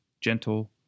gentle